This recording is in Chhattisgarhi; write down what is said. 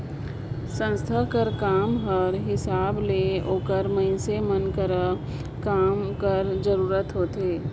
संस्था कर काम कर हिसाब ले ओकर मइनसे मन कर काम कर जरूरत होथे